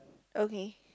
okay